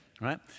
right